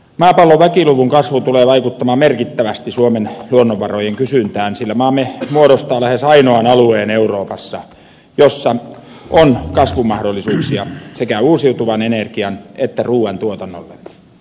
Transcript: maapallon väkiluvun kasvu tulee vaikuttamaan merkittävästi suomen luonnonvarojen kysyntään sillä maamme muodostaa lähes ainoan alueen euroopassa jossa on kasvumahdollisuuksia sekä uusiutuvan energian että ruuan tuotannolle